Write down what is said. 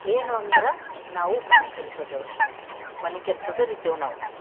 ಏನು ಅಂದ್ರೆ ನಾವು ಮನೆ ಕೆಲ್ಸದವ್ರು ಮನೆ ಕೆಲ್ಸದವ್ರು ಇದ್ದೆವು ನಾವು